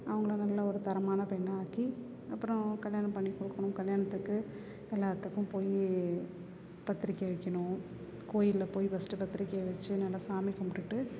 அவங்களை நல்லா ஒரு தரமான பெண்ணாக ஆக்கி அப்புறம் கல்யாணம் பண்ணிக் கொடுக்கணும் கல்யாணத்துக்கு எல்லாத்துக்கும் போய் பத்திரிக்கை வைக்கணும் கோயிலில் போய் ஃபர்ஸ்ட்டு பத்திரிக்கை வச்சு நல்லா சாமி கும்பிட்டுட்டு